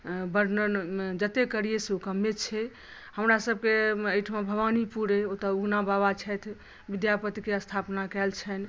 वर्णन जतेक करियै से ओ कमे छै हमरा सबकेँ एहिठाम भवानीपुर ओतऽ उगना बाबा छथि विद्यापतिके स्थापना कयल छनि